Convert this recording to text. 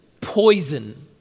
poison